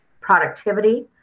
productivity